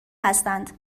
هستند